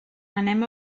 anem